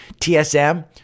TSM